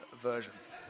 versions